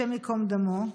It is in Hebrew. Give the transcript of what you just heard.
השם ייקום דמו,